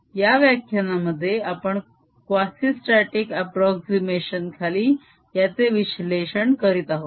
या व्याख्यानामध्ये आपण क़्वासिस्ताटीक अप्रोक्झीमेशन खाली याचे विश्लेषण आहोत